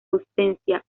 ausencia